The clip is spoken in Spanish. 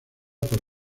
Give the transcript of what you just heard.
por